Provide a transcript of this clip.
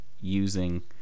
using